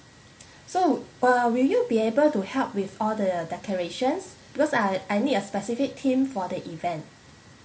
so uh will you be able to help with all the decorations because I I need a specific team for the event